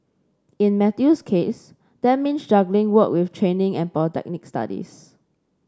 in Matthew's case that means juggling work with training and polytechnic studies